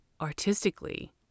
artistically